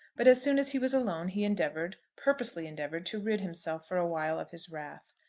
but as soon as he was alone he endeavoured purposely endeavoured to rid himself for a while of his wrath.